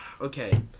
Okay